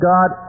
God